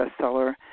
bestseller